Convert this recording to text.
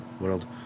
world